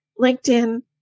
LinkedIn